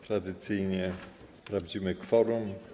Tradycyjnie sprawdzimy kworum.